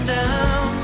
down